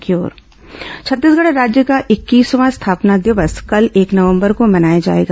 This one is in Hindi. राज्य स्थापना दिवस छत्तीसगढ़ राज्य का इक्कीसवां स्थापना दिवस कल एक नवंबर को मनाया जाएगा